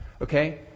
okay